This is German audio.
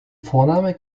vorname